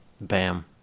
bam